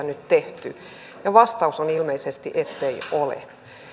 nyt tehty ja vastaus on ilmeisesti ettei ole